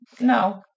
no